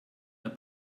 der